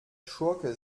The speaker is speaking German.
schurke